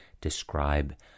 describe